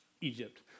Egypt